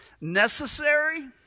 Necessary